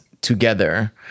together